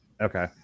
Okay